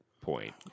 point